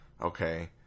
okay